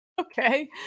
Okay